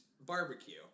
barbecue